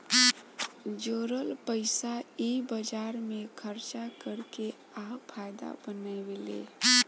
जोरल पइसा इ बाजार मे खर्चा कर के आ फायदा बनावेले